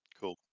Cool